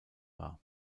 war